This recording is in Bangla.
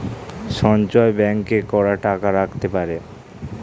সঞ্চয় ব্যাংকে কারা টাকা রাখতে পারে?